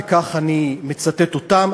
וכך אני מצטט אותם,